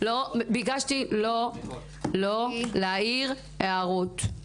--- ביקשתי לא להעיר הערות.